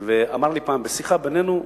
והוא אמר לי פעם בשיחה בינינו: